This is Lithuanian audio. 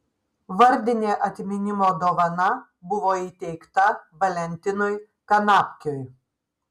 vardinė atminimo dovana buvo įteikta valentinui kanapkiui